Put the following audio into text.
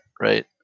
right